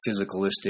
physicalistic